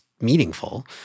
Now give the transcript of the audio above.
meaningful